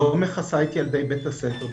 לא מכסה את ילדי בית הספר.